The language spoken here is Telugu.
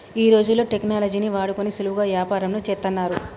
ఈ రోజుల్లో టెక్నాలజీని వాడుకొని సులువుగా యాపారంను చేత్తన్నారు